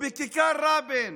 בכיכר רבין